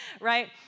Right